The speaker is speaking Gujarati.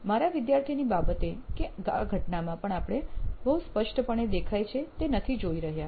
મારા વિદ્યાર્થીની બાબતે કે આ ઘટનામાં પણ આપણે બહુ સ્પષ્ટપણે દેખાય છે તે નથી જોઈ રહ્યા